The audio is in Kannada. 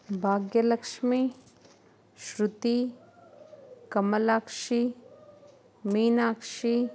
ಭಾಗ್ಯಲಕ್ಷ್ಮಿ ಶೃತಿ ಕಮಲಾಕ್ಷಿ ಮೀನಾಕ್ಷಿ